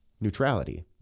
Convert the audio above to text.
neutrality